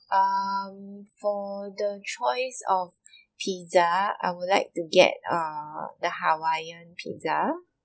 um for the choice of pizza I would like to get uh the hawaiian pizza